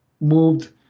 moved